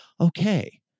okay